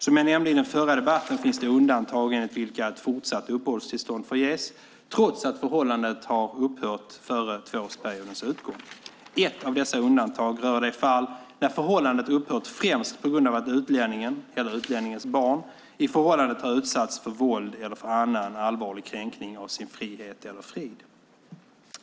Som jag nämnde i den förra debatten finns det undantag enligt vilka ett fortsatt uppehållstillstånd får ges, trots att förhållandet upphört före tvåårsperiodens utgång. Ett av dessa undantag rör det fall när förhållandet upphört främst på grund av att utlänningen, eller utlänningens barn, i förhållandet har utsatts för våld eller för annan allvarlig kränkning av sin frihet eller frid.